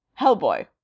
Hellboy